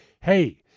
hey